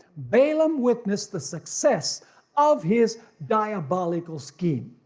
balaam witnessed the success of his diabolical scheme.